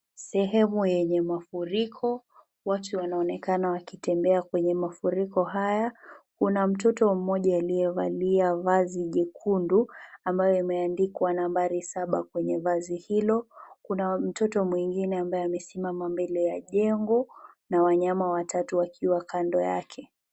Sehemu yenye mafuriko, watu wanaonekana wakitembea kwenye mafuriko haya, kuna mtoto mmoja aliyevalia vazi jekundu ambayo imeandikwa nambari saba kwenye vazi hilo, kuna mtoto mwingine ambaye amesimama mbele ya jengo na wanyama watatu wakiwa kando yake.